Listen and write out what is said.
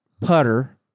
putter